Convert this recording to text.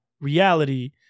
reality